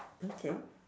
okay